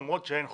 למרות שאין חוק.